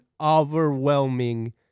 overwhelming